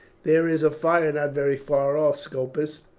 there is a fire not very far off, scopus,